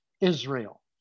Israel